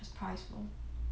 just price lor